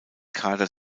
kader